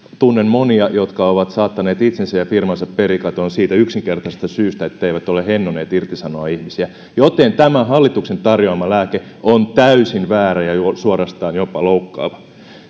tunnen monia jotka ovat saattaneet itsensä ja firmansa perikatoon siitä yksinkertaisesta syystä etteivät ole hennoneet irtisanoa ihmisiä joten tämä hallituksen tarjoama lääke on täysin väärä ja suorastaan jopa loukkaava